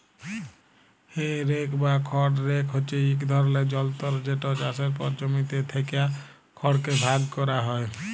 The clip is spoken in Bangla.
হে রেক বা খড় রেক হছে ইক ধরলের যলতর যেট চাষের পর জমিতে থ্যাকা খড়কে ভাগ ক্যরা হ্যয়